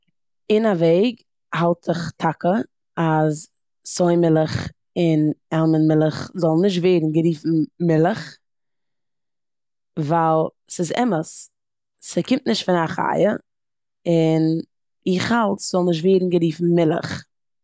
אין א וועג האלט איך טאקע אז סוי מילך און עלמאנד מילך זאלן נישט ווערן גערופן מילך ווייל ס'איז אמת, ס'קומט נישט פון א חיה, און איך האלט ס'זאל נישט ווערן גערופן מילך.